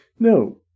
No